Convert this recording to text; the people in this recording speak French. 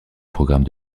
programme